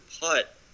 putt